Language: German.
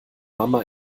mama